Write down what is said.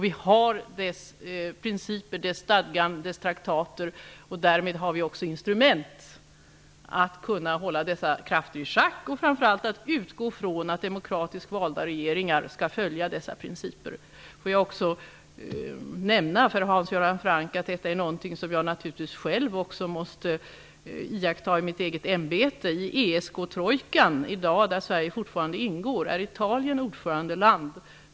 Vi har dess principer, stadgar och traktater, och därmed har vi också instrument för att hålla dessa krafter i schack och kan framför allt utgå från att demokratiskt valda regeringar skall följa dessa principer. Jag vill också nämna för Hans Göran Franck att detta är något som naturligtvis jag själv också måste iaktta i mitt ämbete. I ESK-trojkan, där Sverige i dag fortfarande ingår, är Italien ordförandeland.